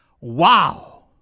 Wow